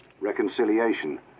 reconciliation